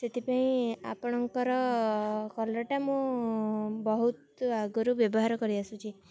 ସେଥିପାଇଁ ଆପଣଙ୍କର କଲର୍ଟା ମୁଁ ବହୁତ ଆଗରୁ ବ୍ୟବହାର କରିଆସୁଛି